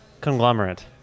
conglomerate